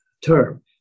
term